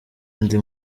ndi